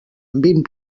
vint